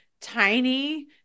tiny